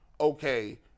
okay